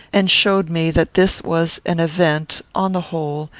and showed me that this was an event, on the whole,